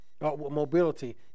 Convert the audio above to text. Mobility